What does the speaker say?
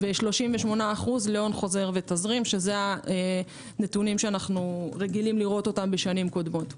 ו-38% להון חוזר ותזרים שזה הנתונים שאנו רגילים לראותם בשנים קודמות.